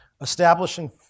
Establishing